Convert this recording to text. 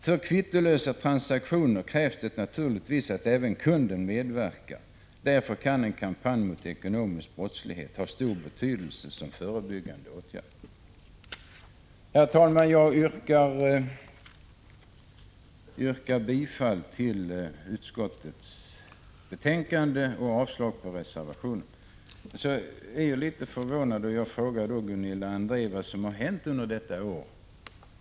För kvittolösa transaktioner krävs det naturligtvis att även kunden medverkar. Därför kan en kampanj mot ekonomisk brottslighet ha stor betydelse som förebyggande åtgärd.” Herr talman! Jag yrkar bifall till utskottets hemställan och avslag på reservationerna. Jag är litet förvånad och frågar Gunilla André vad som har hänt under detta år.